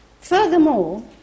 Furthermore